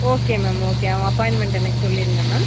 okay ma'am okay அவங்க appointment அன்றைக்கு சொல்லிவிடுங்க மேம்